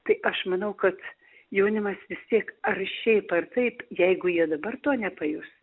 tai aš manau kad jaunimas vis tiek ar šiaip ar taip jeigu jie dabar to nepajus